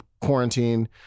quarantine